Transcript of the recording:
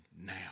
now